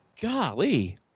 Golly